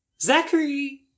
Zachary